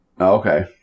Okay